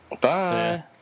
Bye